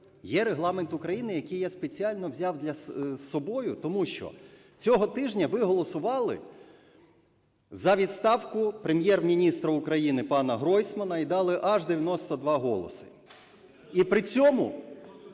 є Регламент України, який я спеціально взяв із собою. Тому що цього тижня ви голосували за відставку Прем’єр-міністра України пана Гройсмана і дали аж 92 голоси. І при цьому…